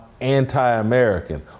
anti-American